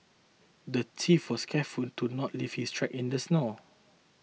the thief was careful to not leave his tracks in the snow